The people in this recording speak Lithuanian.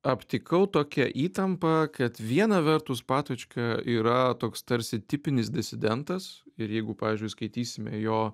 aptikau tokią įtampą kad viena vertus patočka yra toks tarsi tipinis disidentas ir jeigu pavyzdžiui skaitysime jo